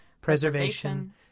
preservation